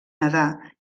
nedar